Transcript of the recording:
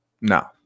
No